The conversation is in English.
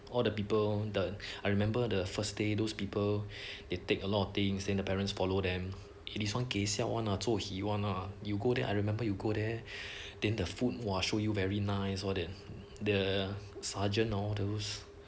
all the people the I remember the first day those people they take a lot of things then the parents follow them it is one 搞笑 one lah 做戏 one lah you go there I remember you go there then the food !wah! show you very nice all that the sergeant or those